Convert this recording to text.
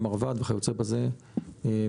מן המרב"ד וכיוצא בזה לדבר.